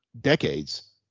decades